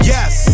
Yes